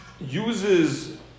uses